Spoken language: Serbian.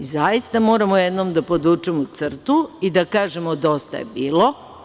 Zaista moramo jednom da podvučemo crtu i da kažemo – dosta je bilo.